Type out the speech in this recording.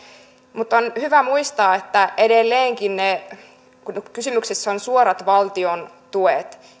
mutta on hyvä muistaa että edelleenkin kun kysymyksessä on suorat valtiontuet